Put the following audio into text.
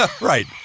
Right